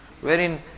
wherein